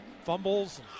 fumbles